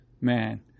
man